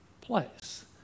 place